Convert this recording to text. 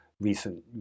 recent